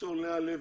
ד"ר לאה לוי,